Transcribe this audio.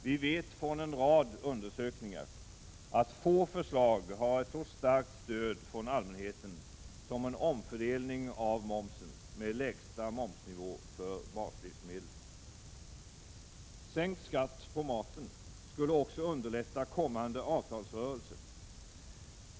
Vi vet från en rad undersökningar att få förslag har ett så starkt stöd från allmänheten som en omfördelning av momsen, med lägsta momsnivå för baslivsmedel. Sänkt skatt på maten skulle också underlätta kommande avtalsrörelse.